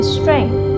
strength